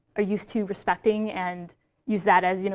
are used to respecting, and use that as, you know